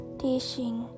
teaching